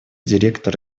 директор